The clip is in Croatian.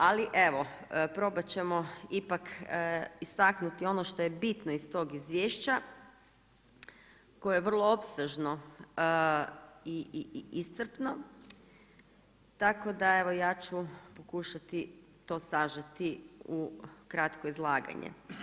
Ali evo probat ćemo istaknuti ono što je bitno iz tog izvješća koje je vrlo opsežno i iscrpno, tako da evo ja ću pokušati to sažeti u kratko izlaganje.